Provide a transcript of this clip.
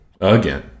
again